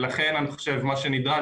לכן אני חושב שמה שנדרש,